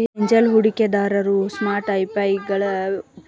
angel ಹೂಡಿಕೆದಾರರು ಸ್ಟಾರ್ಟ್ಅಪ್ಗಳ್ಗೆ